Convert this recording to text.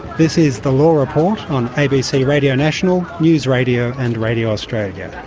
this is the law report on abc radio national, news radio and radio australia.